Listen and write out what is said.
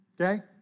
Okay